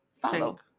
follow